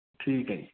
ਠੀਕ ਹੈ ਜੀ